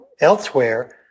elsewhere